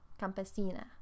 campesina